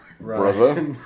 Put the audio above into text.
brother